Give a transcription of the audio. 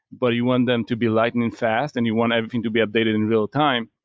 but you want them to be lighting and fast and you want everything to be updated in real-time.